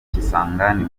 kisangani